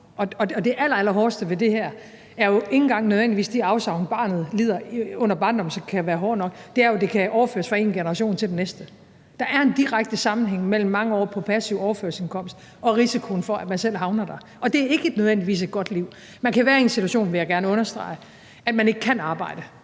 allerallerhårdeste ved det her er jo ikke engang nødvendigvis de afsavn, barnet lider i barndommen, som ellers kan være hårde nok; det er jo, at det er noget, der kan overføres fra den ene generation til den næste. Der er en direkte sammenhæng mellem mange år med en mor og far på passiv overførselsindkomst og risikoen for, at man selv havner der. Og det er ikke nødvendigvis et godt liv. Man kan være i den situation, vil jeg gerne understrege, at man ikke kan arbejde